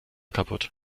kaputt